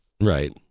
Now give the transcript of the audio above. Right